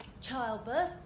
childbirth